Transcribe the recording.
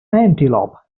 antelope